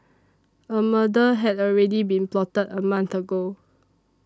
a murder had already been plotted a month ago